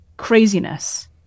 craziness